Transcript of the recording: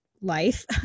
life